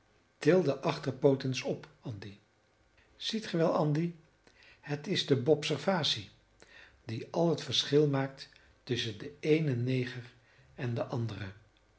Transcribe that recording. achterpoot eens op andy ziet ge wel andy het is de bopservasie die al het verschil maakt tusschen den eenen neger en den anderen